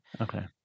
Okay